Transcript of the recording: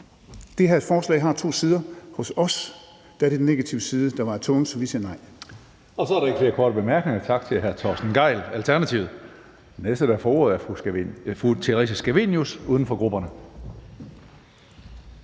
det her forslag har to sider. Hos os er det den negative side, der vejer tungest, så vi siger nej. Kl. 16:50 Tredje næstformand (Karsten Hønge): Så er der ikke flere korte bemærkninger. Tak til hr. Torsten Gejl, Alternativet. Den næste, der får ordet, er fru Theresa Scavenius, uden for grupperne.